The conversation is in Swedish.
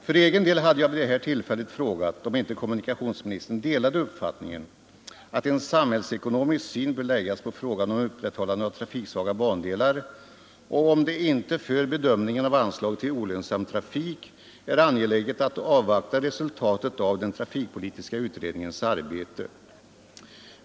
För egen del hade jag vid det tillfället frågat om inte kommunikationsministern delade uppfattningen att en samhällsekonomisk syn bör läggas på problemet med upprätthållande av trafiksvaga bandelar och om det inte för bedömningen av anslaget till olönsam trafik är angeläget att avvakta resultatet av den trafikpolitiska utredningens arbete.